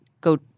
go